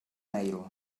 mail